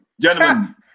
gentlemen